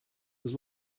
was